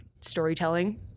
storytelling